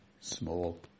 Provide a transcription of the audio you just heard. small